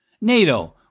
NATO